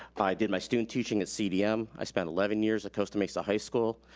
i did my student teaching at cdm. i spent eleven years at coast mesa high school.